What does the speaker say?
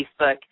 Facebook